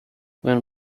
when